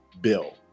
bill